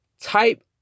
type